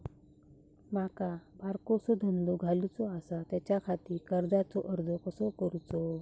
माका बारकोसो धंदो घालुचो आसा त्याच्याखाती कर्जाचो अर्ज कसो करूचो?